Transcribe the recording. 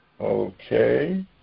Okay